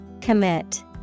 Commit